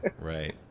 Right